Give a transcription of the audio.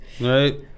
right